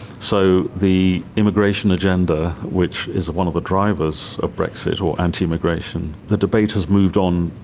so the immigration agenda, which is one of the drivers of brexit or anti-immigration, the debate has moved on,